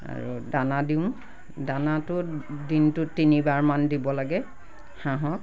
আৰু দানা দিওঁ দানাটো দিনটোত তিনিবাৰমান দিব লাগে হাঁহক